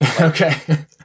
Okay